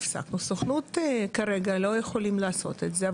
"הפסקנו", הסוכנות כרגע לא יכולים לעשות את זה.